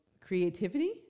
creativity